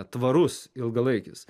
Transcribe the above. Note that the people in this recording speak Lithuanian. tvarus ilgalaikis